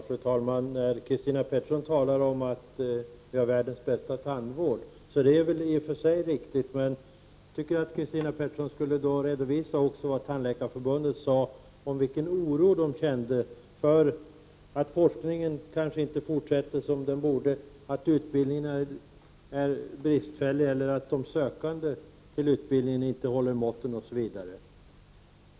Fru talman! När Christina Petterson talar om att vi har världens bästa tandvård så är det i och för sig riktigt, men jag tycker att Christina Pettersson också borde ha redovisat vad Tandläkarförbundet sade om vilken oro man känner för att forskningen inte fortsätter som den kanske borde, att utbildningen är bristfällig, att de sökande till utbildningen inte håller måttet, osv.